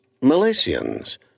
Malaysians